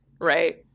Right